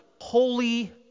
holy